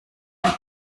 ein